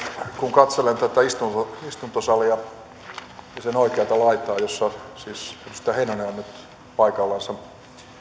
kun katselen tätä istuntosalia ja sen oikeata laitaa jossa siis edustaja heinonen on nyt paikallansa